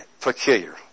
peculiar